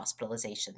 hospitalizations